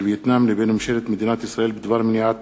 וייטנאם לבין ממשלת מדינת ישראל בדבר מניעת